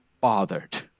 bothered